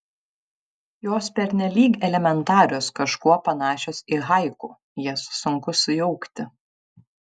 jos pernelyg elementarios kažkuo panašios į haiku jas sunku sujaukti